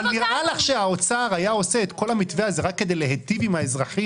אבל נראה שהאוצר היה עושה את כל המתווה הזה רק כדי להיטיב עם האזרחים?